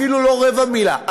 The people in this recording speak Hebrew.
אפילו לא רבע מילה,